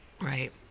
Right